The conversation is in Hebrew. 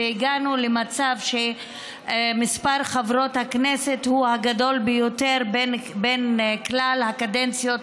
והגענו למצב שמספר חברות הכנסת הוא הגדול ביותר בין כלל הקדנציות,